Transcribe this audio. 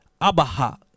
Abaha